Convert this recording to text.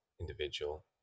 individual